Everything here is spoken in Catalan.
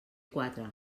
quatre